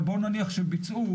אבל בואו נניח שביצעו,